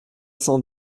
cent